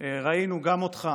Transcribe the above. ראינו גם אותך,